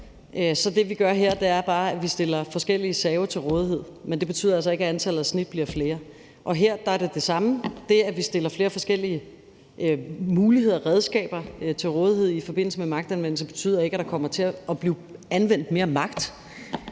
– det vi gør her, er bare, at vi stiller forskellige save til rådighed. Men det betyder altså ikke, at antallet af snit bliver flere. Og her er det det samme – det, at vi stiller flere forskellige muligheder og redskaber til rådighed i forbindelse med magtanvendelse, betyder ikke, at der kommer til at blive anvendt mere magt.